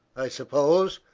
i suppose.